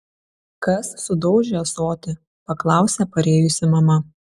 kas sudaužė ąsotį paklausė parėjusi mama